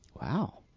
Wow